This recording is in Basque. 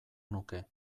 nuke